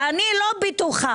ואני לא בטוחה